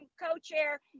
co-chair